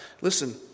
listen